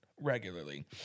regularly